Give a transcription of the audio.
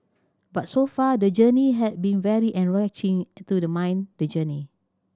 but so far the journey has been very enriching to the mind the journey